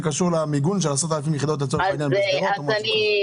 זה קשור למיגון של 10,000 יחידות לצורך העניין בשדרות --- ינון,